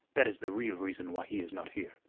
that is the real reason why he is not here.